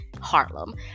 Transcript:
Harlem